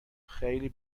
خیلی